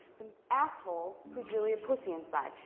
the asshole who's really a pussy inside.